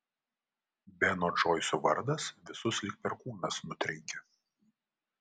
beno džoiso vardas visus lyg perkūnas nutrenkė